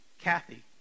Kathy